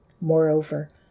Moreover